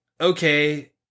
okay